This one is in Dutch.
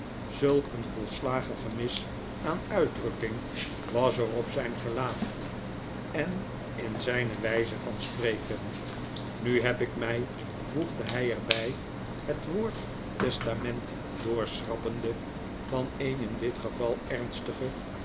zulk een volslagen gemis aan uitdrukking was er op zyn gelaat en in zyne wyze van spreken nu heb ik my voegde hy er bij het woord testament doorschrappende van een in dit geval ernstigen